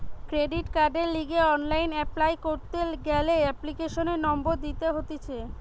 credit কার্ডের লিগে online apply করতি গ্যালে এপ্লিকেশনের নম্বর দিতে হতিছে